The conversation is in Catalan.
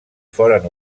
foren